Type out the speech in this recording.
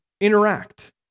interact